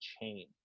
chain